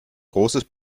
großes